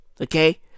okay